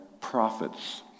prophets